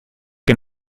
que